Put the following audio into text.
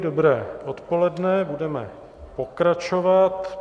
Dobré odpoledne, budeme pokračovat.